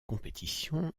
compétition